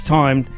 time